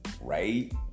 right